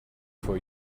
for